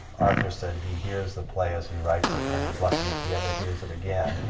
arthur said he hears the play as he writes it, and then he's lucky if he ever hears it again.